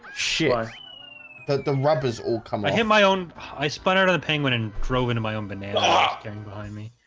sure that the rubbers all come i hear my own i spun out of the penguin and drove into my own banana ah and behind me